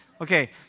Okay